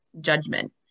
judgment